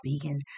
vegan